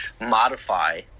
modify